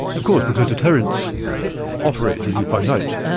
of course, because deterrence operates as you point out,